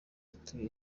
utuye